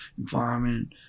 environment